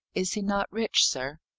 is he not rich, sir?